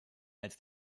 als